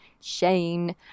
Shane